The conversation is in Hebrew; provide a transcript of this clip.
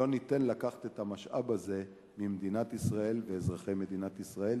לא ניתן לקחת את המשאב הזה ממדינת ישראל ואזרחי מדינת ישראל.